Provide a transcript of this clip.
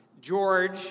George